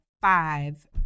five